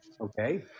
Okay